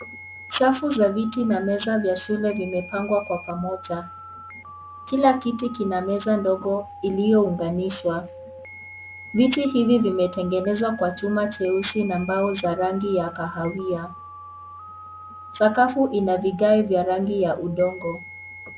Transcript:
Safu na viti vya meza vya shule vimepangwa kwa pamoja, kila kiti kina meza ndogo iliyounganishwa viti hivi vimetengenezwa kwa chuma cheusi na mbao za rangi ya kahawia sakafu ina vigae vya rangi ya udongo.